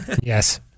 Yes